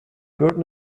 burton